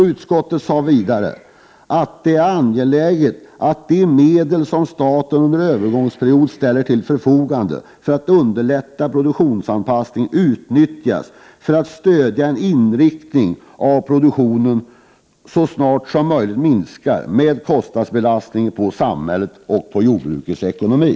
Utskottet sade också att det är angeläget att de medel som staten under en övergångsperiod ställer till förfogande för att underlätta produktionsanpassningen utnyttjas på ett sådant sätt att de stödjer en inriktning av produktionen som så snart som möjligt minskar kostnadsbelastningen på samhället och på jordbrukets ekonomi.